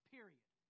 Period